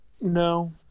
No